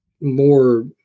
more